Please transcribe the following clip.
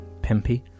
Pimpy